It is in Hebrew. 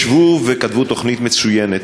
ישבו וכתבו תוכנית מצוינת,